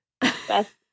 best